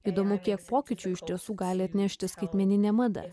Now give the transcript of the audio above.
įdomu kiek pokyčių iš tiesų gali atnešti skaitmeninė mada